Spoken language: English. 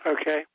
Okay